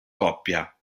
coppia